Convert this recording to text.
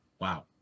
Wow